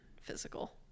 physical